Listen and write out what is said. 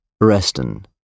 Reston